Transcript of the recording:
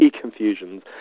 confusions